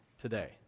today